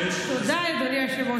אני לא, תודה, אדוני היושב-ראש.